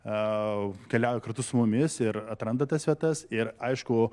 keliauja kartu su mumis ir atranda tas vietas ir aišku